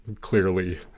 clearly